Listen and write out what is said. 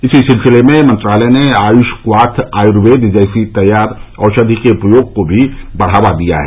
इसी सिलसिले में मंत्रालय ने आयुषक्वाथ आयुर्वेद जैसी तैयार औषधि के उपयोग को भी बढ़ावा दिया है